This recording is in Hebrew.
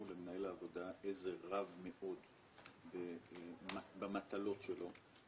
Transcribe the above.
למנהל העבודה עזר רב מאוד במטלות שלו.